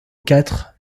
quatre